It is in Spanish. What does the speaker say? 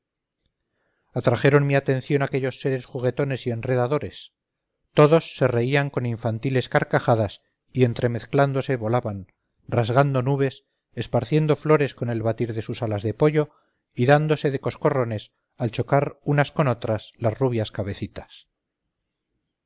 atrajeron mi atención aquellos seres juguetones y enredadores todos se reían con infantiles carcajadas y entremezclándose volaban rasgando nubes esparciendo flores con el batir de sus alas de pollo y dándose de coscorrones al chocar unas con otras las rubias cabecitas